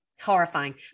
horrifying